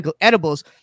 edibles